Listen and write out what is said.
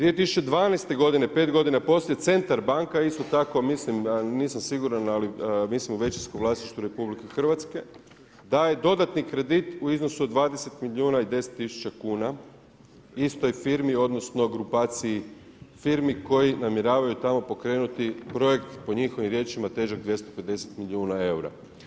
2012. godine, pet godina poslije Centar banka isto tako mislim nisam siguran, ali mi smo u većinskom vlasništvu RH daje dodatni kredit u iznosu od 20 milijuna i 10000 kuna istoj firmi, odnosno grupaciji firmi koji namjeravaju tamo pokrenuti projekt po njihovim riječima težak 250 milijuna eura.